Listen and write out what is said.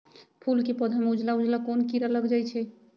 फूल के पौधा में उजला उजला कोन किरा लग जई छइ?